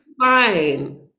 fine